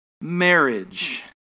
marriage